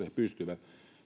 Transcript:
he pystyvät